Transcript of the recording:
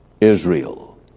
Israel